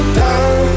down